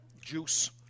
juice